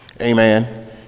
amen